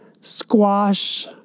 Squash